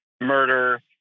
murder